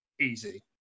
easy